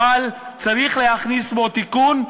אבל צריך להכניס בו תיקון,